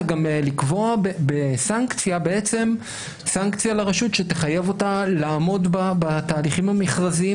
אלא גם לקבוע סנקציה לרשות שתחייב אותה לעמוד בתהליכים המכרזיים